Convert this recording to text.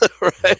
right